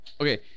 Okay